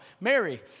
Mary